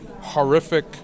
horrific